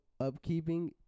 upkeeping